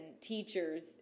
teachers